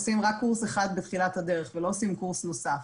עושים רק קורס אחד בתחילת הדרך ולא עושים קורס נוסף.